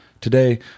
Today